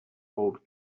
old